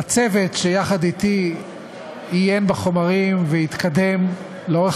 בצוות שיחד אתי עיין בחומרים והתקדם לאורך